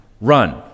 run